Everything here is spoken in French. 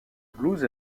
blues